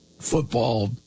football